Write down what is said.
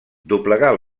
doblegar